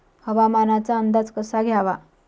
हवामानाचा अंदाज कसा घ्यावा?